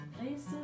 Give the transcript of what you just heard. places